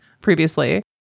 previously